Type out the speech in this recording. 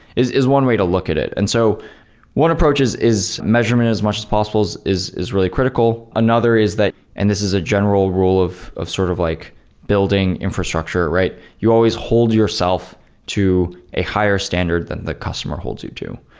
is is one way to look at it. and so one approach is is measurement as much as possible is is really critical. another is that and this is a general rule of of sort of like building infrastructure, right? you always hold yourself to a higher standard than the customer holds you to.